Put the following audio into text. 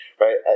right